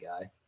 guy